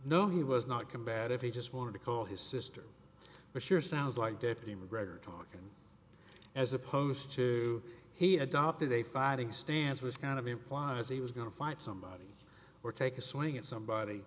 no he was not combat if he just wanted to call his sister but sure sounds like that the mcgregor talking as opposed to he adopted a fighting stance was kind of implies he was going to fight somebody or take a swing at somebody